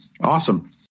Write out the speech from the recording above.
Awesome